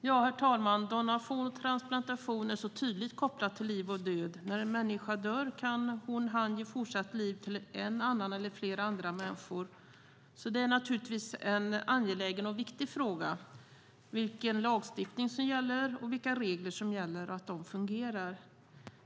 Herr talman! Donation och transplantation är så tydligt kopplade till liv och död. När en människa dör kan hon eller han ge fortsatt liv till en eller flera andra människor. Det är naturligtvis en angelägen och viktig fråga vilken lagstiftning som gäller och vilka regler som gäller och att de fungerar.